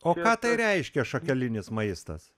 o ką tai reiškia šakalinis maistas